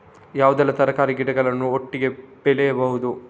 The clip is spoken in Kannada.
ಯಾವುದೆಲ್ಲ ತರಕಾರಿ ಗಿಡಗಳನ್ನು ಒಟ್ಟಿಗೆ ಬೆಳಿಬಹುದು?